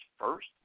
first